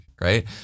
right